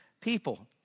people